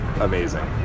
amazing